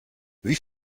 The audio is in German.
wie